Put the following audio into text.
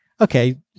okay